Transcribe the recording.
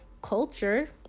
culture